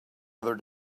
other